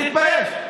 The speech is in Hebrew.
תתבייש.